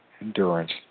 Endurance